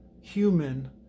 human